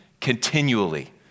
continually